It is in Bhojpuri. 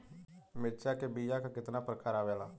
मिर्चा के बीया क कितना प्रकार आवेला?